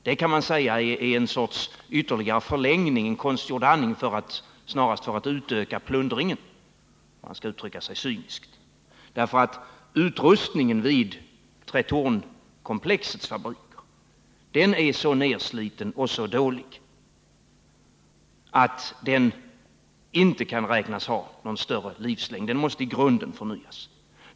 De kan sägas vara en sorts förlängning eller konstgjord andning — snarast för att utöka plundringen, om man skall uttrycka sig cyniskt. Utrustningen i Tretorns fabrik är så nedsliten och dålig att den inte kan beräknas ha någon större livslängd. Den måste i grunden förnyas.